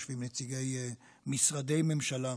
יושבים נציגי משרדי ממשלה,